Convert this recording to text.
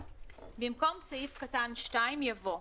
(2)במקום סעיף קטן (2) יבוא: